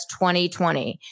2020